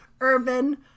Urban